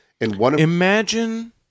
Imagine